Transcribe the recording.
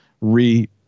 re